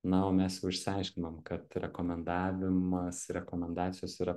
na o mes jau išsiaiškinom kad rekomendavimas rekomendacijos yra